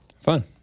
Fun